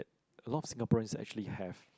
a lot of Singaporeans actually have